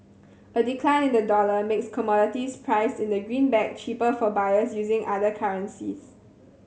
a decline in the dollar makes commodities priced in the greenback cheaper for buyers using other currencies